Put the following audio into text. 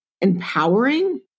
empowering